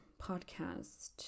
podcast